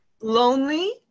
lonely